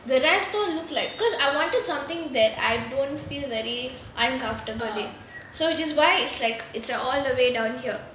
the rest all look like because I wanted something that I don't feel very uncomfortable in which is why it's like it's like all the way down here